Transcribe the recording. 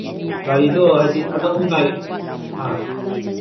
ꯒꯥꯔꯤꯗꯣ ꯍꯥꯏꯗꯤ ꯑꯅꯧꯕ ꯒꯥꯔꯤ ꯑꯥ